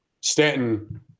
Stanton